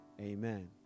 amen